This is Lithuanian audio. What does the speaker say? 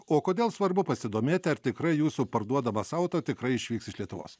o kodėl svarbu pasidomėti ar tikrai jūsų parduodamas auto tikrai išvyks iš lietuvos